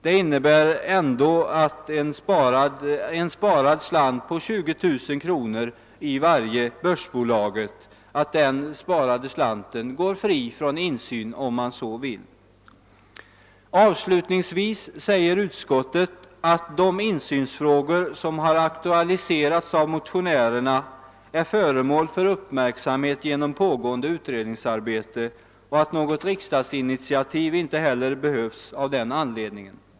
Det innebär ändå att en sparad slant på 20 000 kronor i varje börsbolag går fri från insyn, om man så. vill. Avslutningvis säger utskottet att de insynsfrågor som har aktualiserats av motionärerna är föremål för uppmärksamhet genom pågående utredningsarbete och att något riksdagsinitiativ av den anledningen inte behövs.